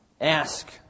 ask